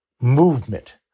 movement